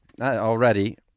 already